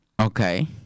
Okay